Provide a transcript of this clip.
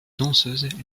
danseuses